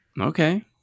Okay